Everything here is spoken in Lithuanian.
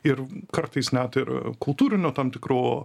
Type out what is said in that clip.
ir kartais net ir kultūrinių tam tikrų